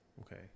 okay